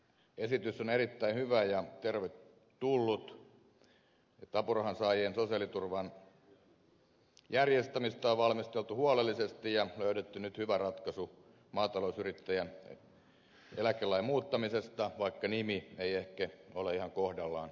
esitys on erittäin hyvä ja tervetullut ja apurahansaajien sosiaaliturvan järjestämistä on valmisteltu huolellisesti ja löydetty nyt hyvä ratkaisu maatalousyrittäjän eläkelain muuttamisesta vaikka nimi ei ehkä ole ihan kohdallaan